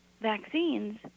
vaccines